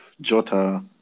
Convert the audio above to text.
Jota